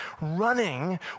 running